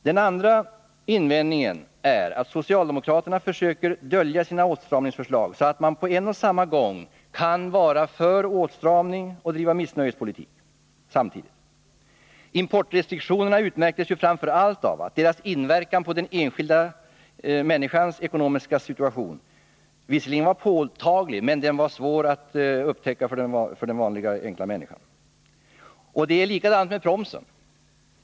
Den andra invändningen är att socialdemokraterna försöker dölja sina åtstramningsförslag, så att man på en och samma gång dels kan vara för åtstramning, dels kan driva missnöjespolitik. Importrestriktionerna utmärktes ju framför allt av att deras inverkan på den enskilda människans ekonomiska situation visserligen var påtaglig men svår att genomskåda för den vanliga människan. Och det är likadant med promsen.